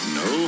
no